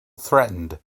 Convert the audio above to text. threatened